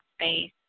space